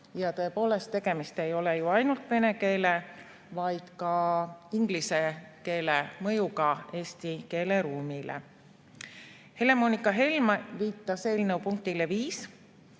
Tõepoolest, tegemist ei ole ju ainult vene keele, vaid ka inglise keele mõjuga eesti keeleruumile. Helle-Moonika Helme viitas eelnõu punktile 5